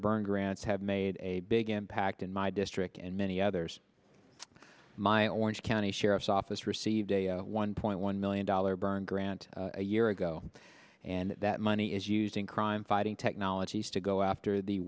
burn grants have made a big impact in my district and many others my orange county sheriff's office received a one point one million dollars burn grant a year ago and that money is used in crime fighting technologies to go after the